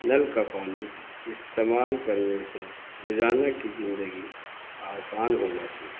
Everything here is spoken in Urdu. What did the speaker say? نل کا پانی استعمال کرنے سے روزانہ کی زندگی آسان ہو جاتی ہے